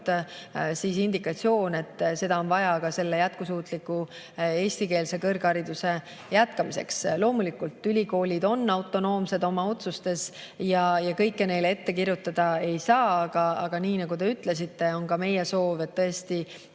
indikatsioon, et seda on vaja jätkusuutliku eestikeelse kõrghariduse jätkamiseks. Loomulikult, ülikoolid on autonoomsed oma otsustes ja kõike neile ette kirjutada ei saa, aga nii nagu te ütlesite, on ka meie soov, et